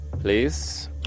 please